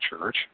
Church